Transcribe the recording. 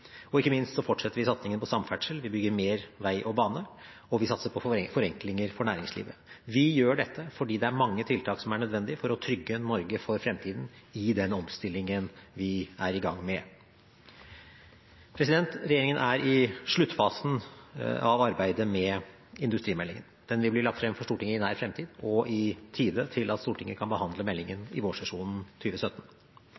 og ikke minst fortsetter vi satsingen på samferdsel, vi bygger mer vei og bane, og vi satser på forenklinger for næringslivet. Vi gjør dette fordi det er mange tiltak som er nødvendige for å trygge Norge for fremtiden i den omstillingen vi er i gang med. Regjeringen er i sluttfasen av arbeidet med industrimeldingen. Den vil bli lagt frem for Stortinget i nær fremtid og i tide til at Stortinget kan behandle meldingen